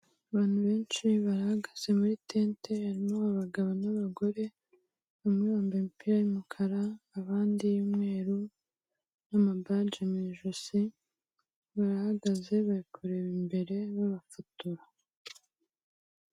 Abantu benshi bahagaze muri tente, harimo abagabo n'abagore, bamwe bambaye imipira y'umukara abandi iy'umweru n'amabagi mu ijosi, barahagaze bari kureba imbere babafotora.